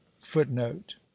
footnote